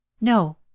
No